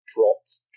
dropped